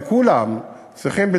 וכולם צריכים,